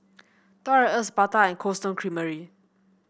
Toys R Us Bata and Cold Stone Creamery